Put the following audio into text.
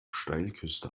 steilküste